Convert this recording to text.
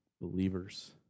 believers